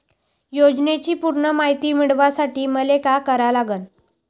योजनेची पूर्ण मायती मिळवासाठी मले का करावं लागन?